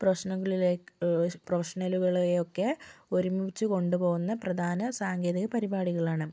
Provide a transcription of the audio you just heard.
പ്രശ്നങ്ങളിലേ pro പ്രൊഫഷനുകളെയൊക്കെ ഒരുമിപ്പിച്ച് കൊണ്ടുപോകുന്ന പ്രധാന സാങ്കേതിക പരിപാടികളാണ്